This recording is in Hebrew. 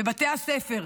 בבתי הספר,